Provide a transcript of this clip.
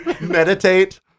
meditate